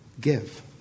Give